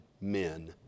men